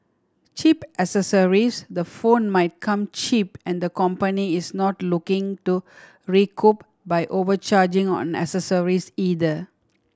Cheap Accessories the phone might come cheap and the company is not looking to recoup by overcharging on accessories either